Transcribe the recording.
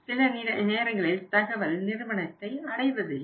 சில நேரங்களில் தகவல் நிறுவனத்தை அடைவதில்லை